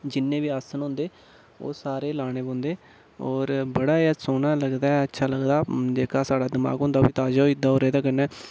जिन्ने बी आसन होंदे ओह् सारे लाने पौंदे होर बड़ा एह् सौह्ना लगदा ऐ अच्छा लगदा जेह्का साढ़ा दमाग होंदा ओह् ताजा होई जंदा होर एह्दे कन्नै